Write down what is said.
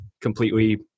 completely